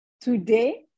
today